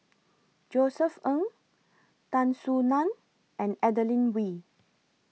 Josef Ng Tan Soo NAN and Adeline Ooi